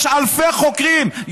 יש אלפי חוקרים,